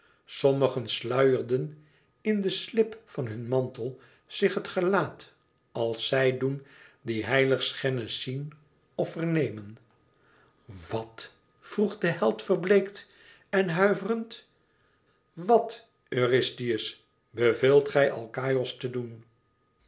sommigen sluierden in den slip van hun mantel zich het gelaat als zij doen die heiligschennis zien of vernemen wat vroeg de held verbleekt en huiverend wat eurystheus beveelt gij alkaïos te doen